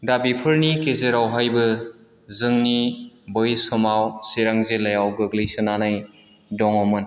दा बेफोरनि गेजेरावहायबो जोंनि बै समाव चिरां जिल्लायाव गोग्लैसोनानै दङमोन